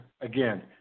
again